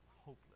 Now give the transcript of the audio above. hopeless